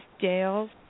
Dale